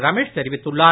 ரமேஷ் தெரிவித்துள்ளார்